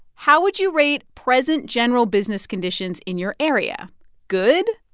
how would you rate present general business conditions in your area good,